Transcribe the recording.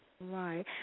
Right